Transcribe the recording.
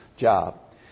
job